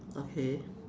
okay